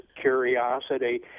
curiosity